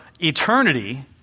eternity